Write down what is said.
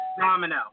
Domino